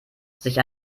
sich